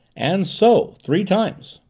and so three times.